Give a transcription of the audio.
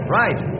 right